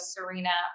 Serena